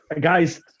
guys